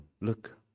Look